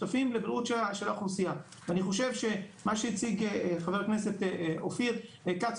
שותפים לבריאות של האוכלוסייה ואני חושב מה שהציג חבר הכנסת אופיר כץ,